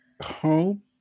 Home